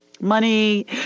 Money